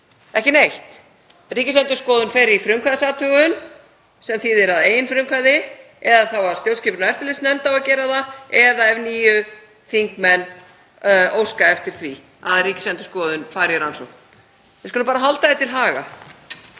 ekki neitt. Ríkisendurskoðun fer í frumkvæðisathugun sem þýðir að eigin frumkvæði eða þá að stjórnskipunar- og eftirlitsnefnd á að gera það eða ef níu þingmenn óska eftir því að Ríkisendurskoðun fari í rannsókn. Við skulum bara halda því til haga